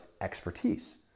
expertise